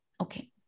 okay